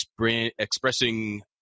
expressing